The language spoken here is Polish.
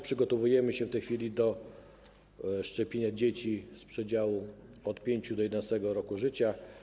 Przygotowujemy się także w tej chwili do szczepienia dzieci z przedziału od 5. do 11. roku życia.